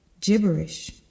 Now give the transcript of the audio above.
gibberish